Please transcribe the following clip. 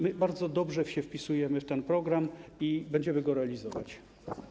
My bardzo dobrze się wpisujemy w ten program i będziemy go realizować.